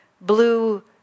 blue